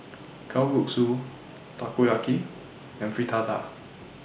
Kalguksu Takoyaki and Fritada